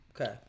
Okay